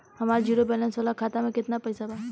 हमार zero balance वाला खाता में केतना पईसा बा?